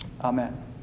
Amen